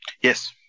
Yes